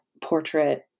portrait